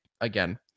again